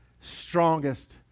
strongest